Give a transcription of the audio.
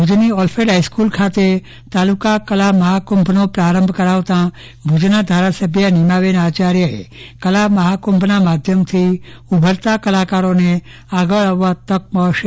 ભુજની ઓલફેડ હાઈસ્ક્રલ ખાતે તાલુકા કલા મહાકુંભનો પ્રારંભ કરાવતાં ભૂજનાં ધારાસભ્ય નિમાબેન આચાર્યએ કલા મહાકુંભનાં ઉભરાતા કલાકારોને આગળ આવવા લીક આપશે